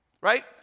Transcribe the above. right